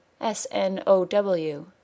S-N-O-W